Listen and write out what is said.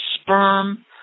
sperm